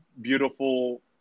beautiful